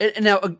Now